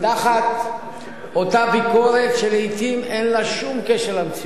תחת אותה ביקורת שלעתים אין לה שום קשר למציאות.